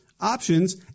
options